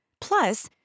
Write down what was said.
Plus